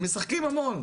משחקים המון,